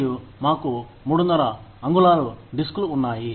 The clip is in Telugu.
మరియు మాకు 3 1 2 అంగుళాల డిస్కులు ఉన్నాయి